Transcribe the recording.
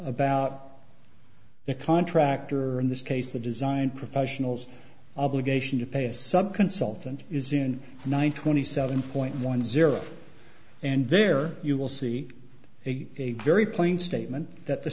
about the contractor in this case the design professionals obligation to pay a sub consultant is in nine twenty seven point one zero and there you will see a very plain statement that the